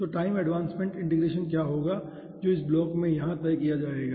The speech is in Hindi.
तो टाइम एडवांसमेंट इंटीग्रेशन क्या होगा जो इस ब्लॉक में यहां तय किया जाएगा